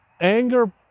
Anger